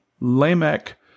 Lamech